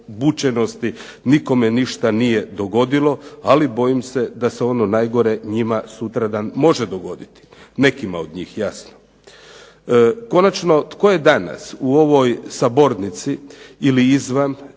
obučenosti nikome ništa nije dogodilo, ali bojim se da se ono najgore nekima od njih može sutra dogoditi. Konačno tko je danas u ovoj Sabornici ili izvan